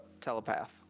telepath